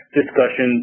discussion